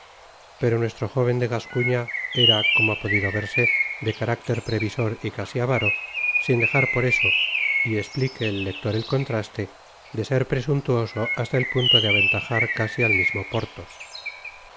pero nuestro jóven de gascuña era como ha podido verse de carácter previsor y casi avaro sin dejar por eso y esplique el lector el contraste de ser presuntuoso hasta el punto de aventajar casi al mismo porthos